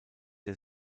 der